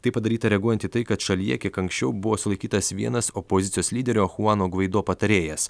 tai padaryta reaguojant į tai kad šalyje kiek anksčiau buvo sulaikytas vienas opozicijos lyderio chuano gvaido patarėjas